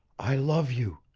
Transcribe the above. i love you,